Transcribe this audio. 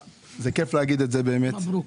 כיף להגיד את זה באמת.